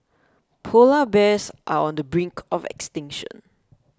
Polar Bears are on the brink of extinction